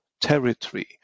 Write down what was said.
territory